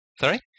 Sorry